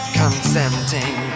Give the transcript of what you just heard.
consenting